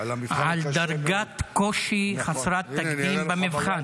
-- על דרגת קושי חסרת תקדים במבחן.